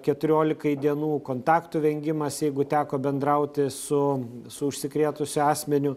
keturiolikai dienų kontaktų vengimas jeigu teko bendrauti su su užsikrėtusiu asmeniu